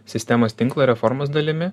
sistemos tinklo reformos dalimi